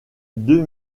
deux